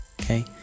Okay